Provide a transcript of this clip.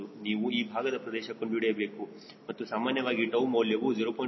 ನೀವು ಈ ಭಾಗದ ಪ್ರದೇಶ ಕಂಡುಹಿಡಿಯಬೇಕು ಮತ್ತು ಸಾಮಾನ್ಯವಾಗಿ 𝜏 ಮೌಲ್ಯವು 0